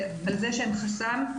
ועל כך שזה חסם,